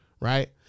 right